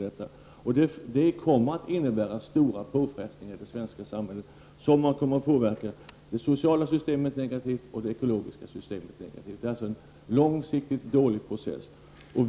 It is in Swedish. Det kommer att innebära stora påfrestningar på det svenska samhället. Det kommer att påverka de sociala och ekologiska systemen negativt. Det är en långsiktigt dålig process.